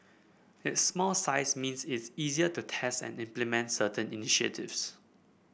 its small size means its easier to test and implement certain initiatives